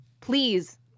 please